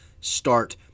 start